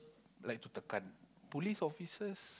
like to tekan police officers